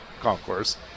concourse